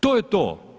To je to.